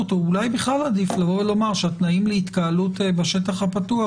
או בכלל עדיף לבוא ולומר שהתנאים להתקהלות בשטח הפתוח,